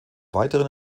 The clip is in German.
weiteren